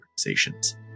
organizations